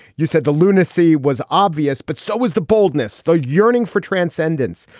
you said the lunacy was obvious, but so was the boldness, the yearning for transcendence,